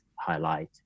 highlight